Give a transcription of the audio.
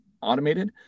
automated